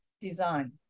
design